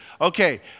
Okay